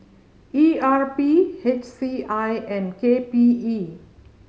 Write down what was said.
E R P H C I and K P E